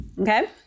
Okay